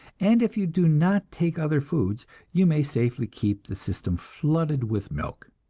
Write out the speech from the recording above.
and if you do not take other foods you may safely keep the system flooded with milk.